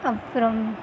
அப்புறம்